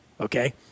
okay